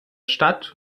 stadt